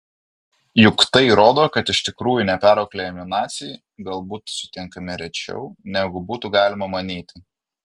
juk tai rodo kad iš tikrųjų neperauklėjami naciai galbūt sutinkami rečiau negu būtų galima manyti